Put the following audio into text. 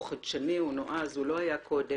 הוא חדשני ונועז והוא לא היה קודם.